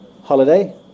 Holiday